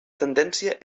tendència